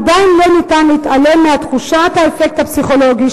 עדיין אי-אפשר להתעלם מתחושות האפקט הפסיכולוגי